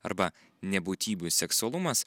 arba nebūtybių seksualumas